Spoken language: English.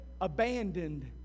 abandoned